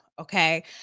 okay